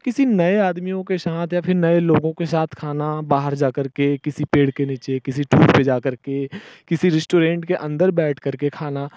तो किसी नए आदमियों के साथ या फिर नए लोगों के साथ खाना बाहर जा कर के किसी पेड़ के नीचे किसी टूर पे जा कर के किसी रिस्टोरेंट के अंदर बैठ कर के खाना